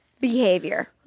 behavior